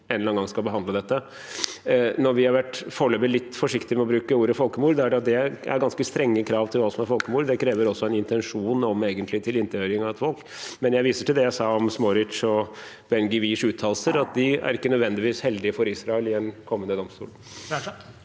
en eller annen gang skal behandle dette. Når vi foreløpig har vært litt forsiktige med å bruke ordet folkemord, er det fordi det er ganske strenge krav til hva som er folkemord. Det krever egentlig også en intensjon om tilintetgjøring av et folk. Men jeg viser til det jeg sa om Smotrich og Ben-Gvirs uttalelser, at de uttalelsene ikke nødvendigvis er heldige for Israel i en kommende domstol.